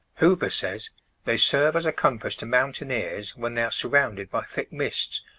huber says they serve as a compass to mountaineers when they are surrounded by thick mists,